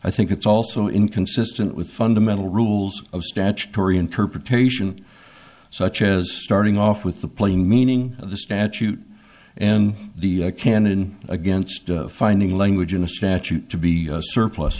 i think it's also inconsistent with fundamental rules of statutory interpretation such as starting off with the plain meaning of the statute and the canon against finding language in a statute to be